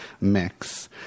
mix